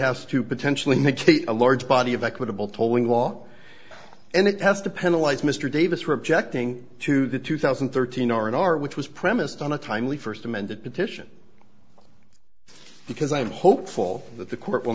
has to potentially make a large body of equitable tolling law and it has to penalize mr davis were objecting to the two thousand and thirteen r and r which was premised on a timely first amended petition because i'm hopeful that the court will